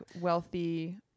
wealthy